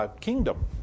kingdom